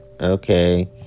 Okay